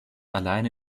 alleine